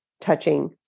touching